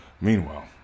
Meanwhile